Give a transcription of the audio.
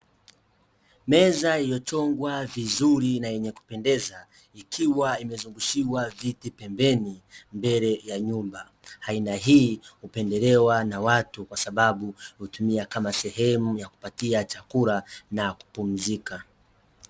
Meza iliochongwa vizuri na yenye kupendeza, ikiwa imezungushiwa viti pembeni mbele ya nyumba. Aina hii, hupendelewa na watu kwasababu hutumia kama sehemu ya kupatia chakula na kupumzika.